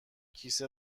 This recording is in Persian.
کیسه